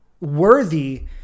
worthy